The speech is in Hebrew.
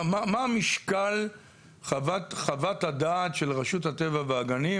מה המשקל של חוות הדעת של רשות הטבע והגנים